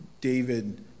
David